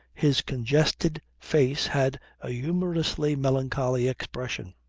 his congested face had a humorously melancholy expression.